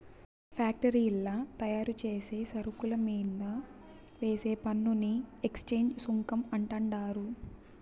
ఫ్యాక్టరీల్ల తయారుచేసే సరుకుల మీంద వేసే పన్నుని ఎక్చేంజ్ సుంకం అంటండారు